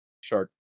shark